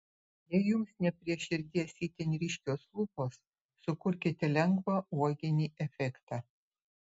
jei jums ne prie širdies itin ryškios lūpos sukurkite lengvą uoginį efektą